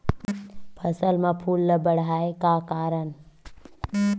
फसल म फूल ल बढ़ाय का करन?